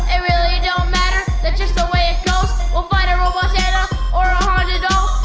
it really don't matter, that's just the way it goes! we'll fight a robot santa or a haunted doll!